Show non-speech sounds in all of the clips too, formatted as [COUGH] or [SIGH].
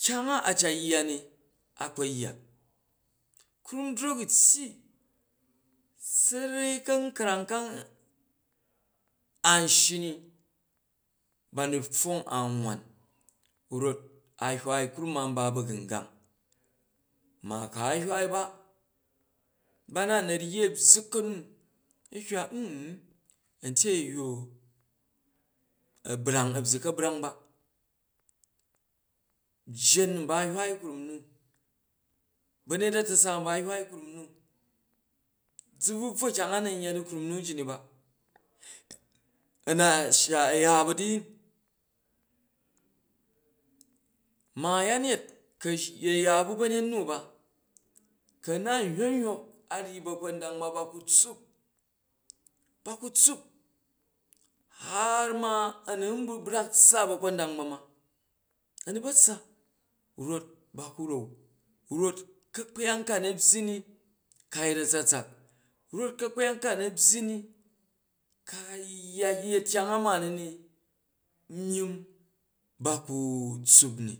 Kyang a a cat yya ni a kpa̱ yya krum drok u̱ tyyi sarai ka̱nkrang a ka an shyi ni ba nu pfwong an wan rot a hywai krum an ba ba̱gungang ha ku a hywai ba, ba na na̱ ryyi a̱ ka̱nu a̱ hywa [HESITATION] a̱ntyo a̱yyu a̱ brang a̱ byyi ka̱brang ba, jjen nba a̱ hywai krum nu, ba̱nyet a̱ta̱sa nba a̱ hywai krum nu, zu bvu bvwo kyang a na̱ n yya di krum nu ji ni ba, a̱ na shya a̱ ya ba̱duyin, ma a̱yanyet ku a̱ ya bu ba̱nyet nu ba, ku a̱ na nhyok u̱ hyok a ryyi ba̱kpa̱ndang ba ba ku tsuup ba ku tsuup, havi ma, a na n ba̱ brak tssa ba̱kpa̱ndang ba ma, a̱nu ba tssa rof ba ku ran, rof ka̱kpyang ka na̱ byyi ni ka yet a̱tsatsak, rof ka̱kpyang ka na̱ byyi ni yet kyang a myimm ba ku tsuup ni,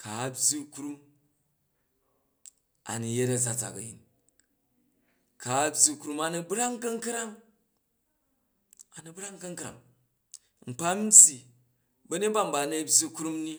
ku a̱ byyi krum a nu yet a̱tsatsak a̱yin ku a byyi krum a nu brang ka̱nkrang a nu brang ka̱nkrang, nkpa nbyyi ba̱nyet ba nba ni a̱ byyi krum ni.